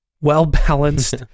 well-balanced